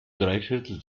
dreiviertel